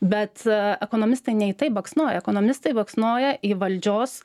bet ekonomistai ne į tai baksnoja ekonomistai baksnoja į valdžios